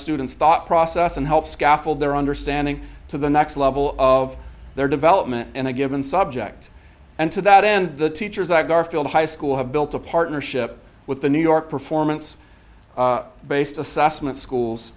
students thought process and help scaffold their understanding to the next level of their development in a given subject and to that end the teachers that garfield high school have built a partnership with the new york performance based assessment schools